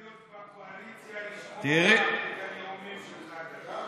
בקואליציה, לשמוע את הנאומים שלך לראות